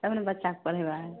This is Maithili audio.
तब ने बच्चाके पढ़ेबै